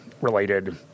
related